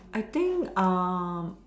I think um